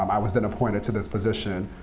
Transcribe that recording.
um i was then appointed to this position.